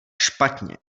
špatně